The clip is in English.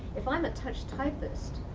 if i'm a touch-typist,